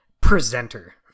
presenter